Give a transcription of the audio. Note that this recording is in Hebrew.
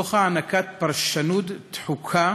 תוך הענקת פרשנות דחוקה